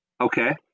Okay